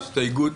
בהסתייגות,